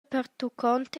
pertuccont